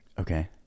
Okay